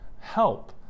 help